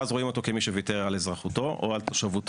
ואז רואים אותו כמי שוויתר על אזרחותו או על תושבותו.